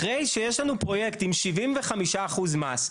אחרי שיש לנו פרויקט עם 75% מס,